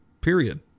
Period